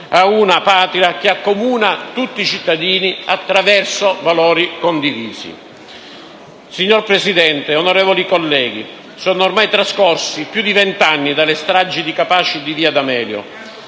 ad una patria che accomuna tutti cittadini attraverso valori condivisi. Signora Presidente, onorevoli colleghi, sono ormai trascorsi più di venti anni dalle stragi di Capaci e di via D'Amelio